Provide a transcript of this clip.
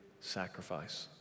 sacrifice